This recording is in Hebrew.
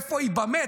איפה היא במטרו?